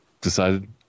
decided